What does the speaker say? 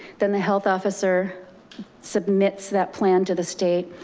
then the health officer submits that plan to the state.